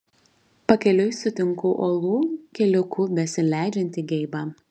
pakeliui sutinku uolų keliuku besileidžiantį geibą